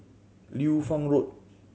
Liu Fang Road